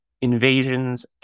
Invasions